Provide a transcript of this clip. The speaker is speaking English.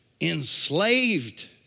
enslaved